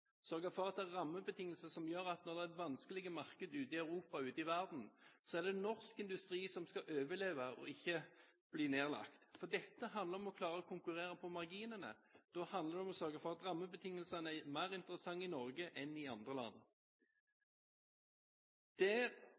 sørge for at det er rammebetingelser som gjør at når det er vanskelige markeder ute i Europa, ute i verden, er det norsk industri som skal overleve og ikke bli nedlagt. Dette handler om å klare å konkurrere på marginene, det handler om å sørge for at rammebetingelsene er mer interessante i Norge enn i andre land. Der svikter regjeringen dessverre på en del områder. Ja, det